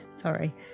Sorry